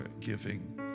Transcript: giving